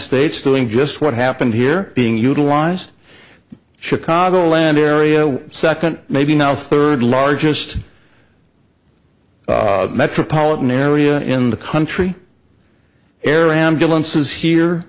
states doing just what happened here being utilized chicago land area second maybe now third largest metropolitan area in the country for air ambulances here